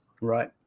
Right